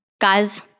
Guys